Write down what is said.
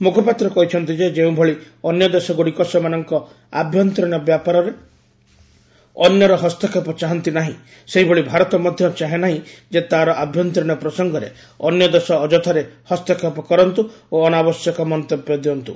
ମୁଖପାତ୍ର କହି ଛନ୍ତି ଯେ ଯେଉଁଭଳି ଅନ୍ୟ ଦେଶଗୁଡ଼ିକ ସେମାନଙ୍କ ଆଭ୍ୟନ୍ତରୀଣ ବ୍ୟାପାରରେ ଅନ୍ୟର ହସ୍ତକ୍ଷେପ ଚାହାନ୍ତି ନାହିଁ ସେହିଭଳି ଭାରତ ମଧ୍ୟ ଚାହେଁ ନାହିଁ ଯେ ତାର ଆଭ୍ୟନ୍ତରୀଣ ପ୍ରସଙ୍ଗରେ ଅନ୍ୟ ଦେଶ ଅଯଥାରେ ହସ୍ତକ୍ଷେପ କରନ୍ତୁ ଓ ଅନାବଶ୍ୟକ ମନ୍ତବ୍ୟ ଦିଅନ୍ତୁ